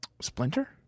Splinter